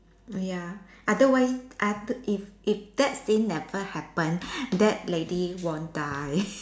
ya otherwise other~ if if that scene never happen that lady won't die